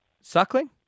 Suckling